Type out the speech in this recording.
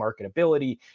marketability